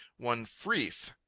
one freeth.